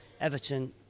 Everton